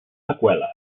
seqüeles